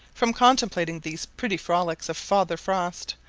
from contemplating these petty frolics of father frost,